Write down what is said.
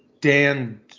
Dan